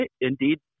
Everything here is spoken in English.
indeed